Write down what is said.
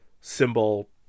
symbol